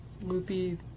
Loopy